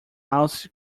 also